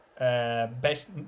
Best